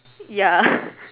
ya